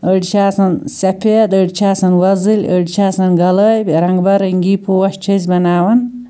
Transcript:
أڈۍ چھِ آسان سَفید أڈۍ چھِ آسان وۄزٕلۍ أڈۍ چھِ آسان گۄلٲبۍ رَنٛگ بہ رٔنٛگی پوش چھِ أسۍ بَناوان